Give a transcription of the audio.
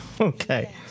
Okay